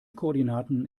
koordinaten